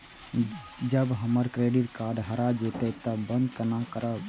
जब हमर credit card हरा जयते तब बंद केना करब?